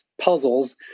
puzzles